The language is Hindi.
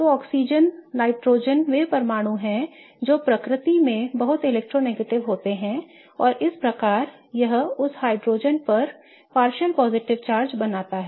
तो ऑक्सीजन नाइट्रोजन वे परमाणु हैं जो प्रकृति में बहुत इलेक्ट्रोनेगेटिव होते हैं और इस प्रकार यह उस हाइड्रोजन पर आंशिक सकारात्मक चार्ज बनाता है